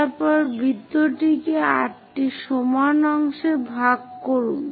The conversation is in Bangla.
তারপরে বৃত্তটিকে 8 টি সমান অংশে ভাগ করুন